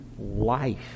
life